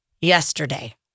yesterday